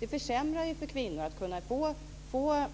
Det försämrar för kvinnor att kunna få